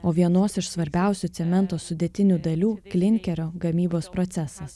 o vienos iš svarbiausių cemento sudėtinių dalių klinkerio gamybos procesas